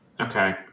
Okay